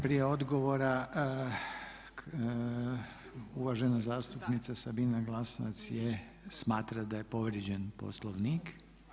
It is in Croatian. Prije odgovora uvažena zastupnica Sabina Glasovac smatra da je povrijeđen Poslovnik.